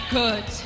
good